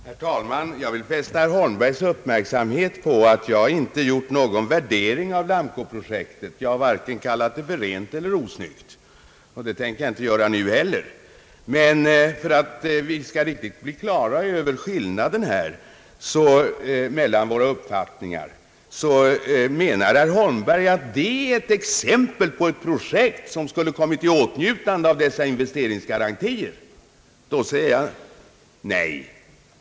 Herr talman! Jag vill fästa herr Holmbergs uppmärksamhet på att jag inte har gjort någon värdering av Lamcoprojektet. Jag har varken kallat det för rent eller osnyggt, och det tänker jag inte göra nu heller. För att vi skall bli riktigt på det klara med vari skillnaden i våra uppfattningar består vill jag göra ett förtydligande. Om herr Holmberg menar att Lamco är ett exempel på ett projekt som borde kommit i åtnjutande av investeringsgarantier, då säger jag nej.